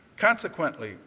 Consequently